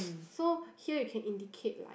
so here you can indicate like